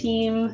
Team